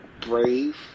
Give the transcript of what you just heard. brave